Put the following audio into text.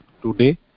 today